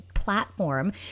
platform